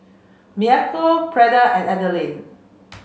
Maceo Freeda and Adaline